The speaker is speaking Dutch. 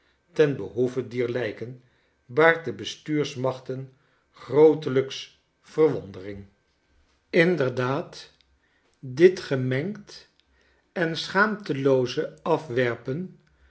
ten behoeve dier lijken baart de bestuursmachten grootelijks verwondering inderdaad dit gemengd en schaamtelooze afwerpen